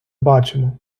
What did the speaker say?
бачимо